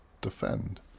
defend